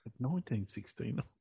1916